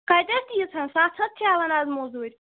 کَتہِ ٲسۍ تیٖژاہ سَتھ ہَتھ چھِ ہٮ۪وان اَز موٚزوٗرۍ